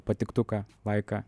patiktuką laiką